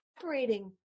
separating